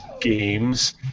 games